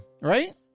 Right